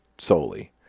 solely